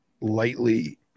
lightly